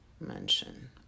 Mention